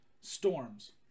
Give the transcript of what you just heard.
Storms